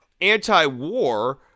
anti-war